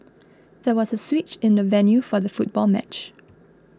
there was a switch in the venue for the football match